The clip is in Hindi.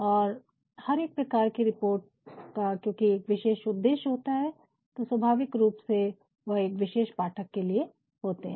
और हर एक प्रकार की रिपोर्ट का क्योंकि एक विशेष उद्देश्य होता है तो स्वाभाविक रूप से वह एक विशेष पाठक के लिए होते हैं